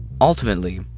ultimately